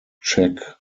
check